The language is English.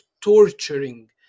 torturing